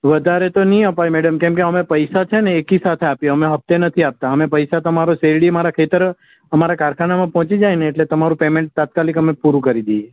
વધારે તો નહીં અપાય મેડમ કેમ કે અમે પૈસા છેને એકીસાથે આપીયે અમે પૈસા હફતે નથી આપતા અમે પૈસા તમારી શેરડી તમારા ખેતર અમારા કારખામાં પહોંચી જાયને એટલે તમારું પેમેન્ટ તાત્કાલિક અમે પૂરું કરી દીઈએ